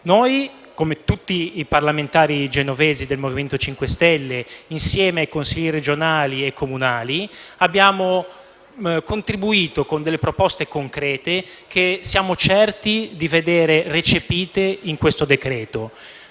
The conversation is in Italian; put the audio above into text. Noi, come tutti i parlamentari genovesi del MoVimento 5 Stelle, insieme ai Consigli regionali e comunali, abbiamo contribuito con proposte concrete, che siamo certi di vedere recepite in questo decreto-legge.